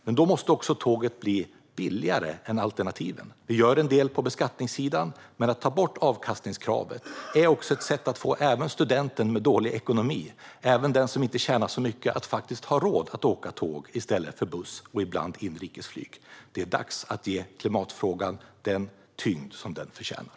Men då måste tåget bli billigare än alternativen. Vi gör en del på beskattningssidan. Men att ta bort avkastningskravet är också ett sätt att få även studenten med dålig ekonomi och även den som inte tjänar så mycket att faktiskt ha råd att åka tåg i stället för buss och ibland inrikesflyg. Det är dags att ge klimatfrågan den tyngd som den förtjänar.